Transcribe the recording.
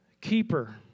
keeper